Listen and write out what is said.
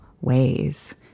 ways